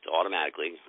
automatically